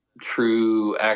true